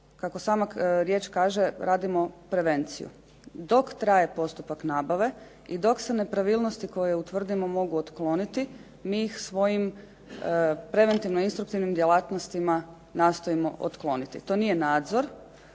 Kako sama riječ kaže radimo prevenciju. Dok traje postupak nabave i dok se nepravilnosti koje utvrdimo mogu otkloniti mi ih svojim preventivno-instruktivnim djelatnostima nastojimo otkloniti. To nije nadzor,